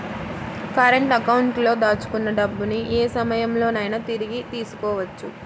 current అకౌంట్లో దాచుకున్న డబ్బుని యే సమయంలోనైనా తిరిగి తీసుకోవచ్చు